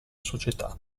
società